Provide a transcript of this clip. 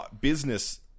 business